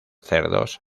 cerdos